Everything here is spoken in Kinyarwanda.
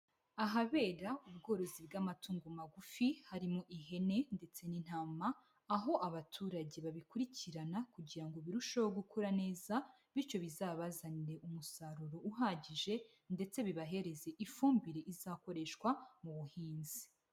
Ahabera ubworozi bw'amatungo magufi harimo ihene ndetse n'intama, aho abaturage babikurikirana kugira ngo birusheho gukura neza, bityo bizabazanire umusaruro uhagije ndetse bibahereze ifumbire izakoreshwa mu buhinzi.